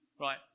Right